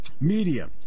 Media